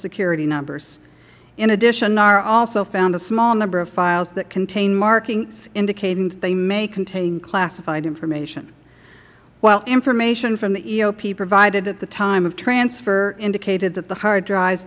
security numbers in addition nara also found a small number of files that contained markings indicating they may contain classified information while information from the eop provided at the time of transfer indicated that the hard drive